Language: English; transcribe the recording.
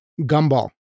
Gumball